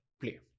play